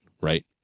right